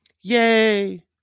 Yay